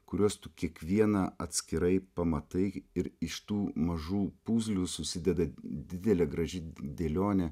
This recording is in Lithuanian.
kuriuos tu kiekvieną atskirai pamatai ir iš tų mažų puzlių susideda didelė graži dėlionė